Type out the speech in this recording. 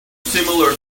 similar